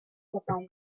vorbei